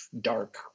dark